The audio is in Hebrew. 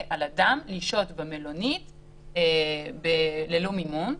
על אדם לשהות במלונית במימון המדינה.